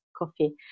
coffee